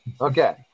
Okay